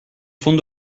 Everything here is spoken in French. fond